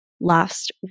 last